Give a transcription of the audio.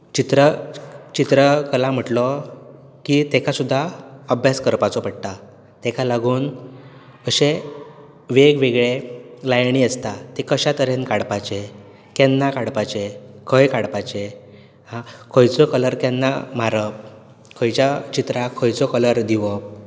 तशेंच चित्र चित्रकला म्हणटलो की तेका सुद्दां अभ्यास करपाचो पडटा तेका लागून अशे वेग वेगळे लायनी आसता ते कश्या तरेन काडपाचे केन्ना काडपाचे खंय काडपाचे हा खंयचो कलर केन्ना मारप खंयच्या चित्राक खंयचो कलर दिवप